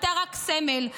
אתה רק סמל,